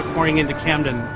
pouring into camden.